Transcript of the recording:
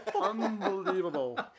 Unbelievable